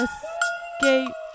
Escape